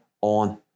on